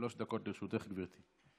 שלוש דקות לרשותך, גברתי.